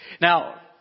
Now